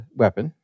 weapon